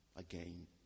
again